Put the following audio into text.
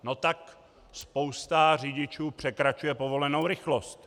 No tak spousta řidičů překračuje povolenou rychlost!